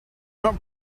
not